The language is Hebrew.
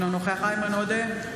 אינו נוכח איימן עודה,